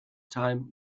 during